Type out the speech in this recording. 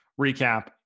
recap